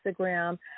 Instagram